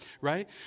right